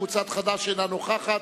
קבוצת חד"ש, אינה נוכחת.